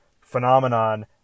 phenomenon